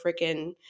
freaking –